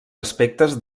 aspectes